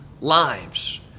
lives